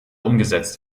umgesetzt